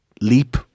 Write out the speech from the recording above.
Leap